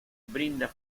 brinda